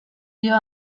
dio